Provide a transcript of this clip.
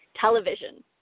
television